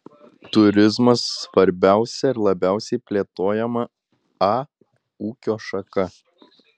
turizmas svarbiausia ir labiausiai plėtojama a ūkio šaka